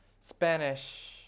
Spanish